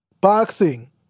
boxing